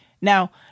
Now